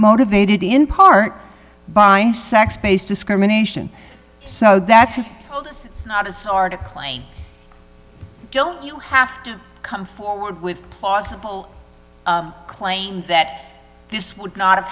motivated in part by sex based discrimination so that's not as hard a claim don't you have to come forward with plausible claim that this would not have